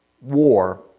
war